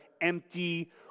empty